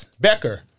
Becker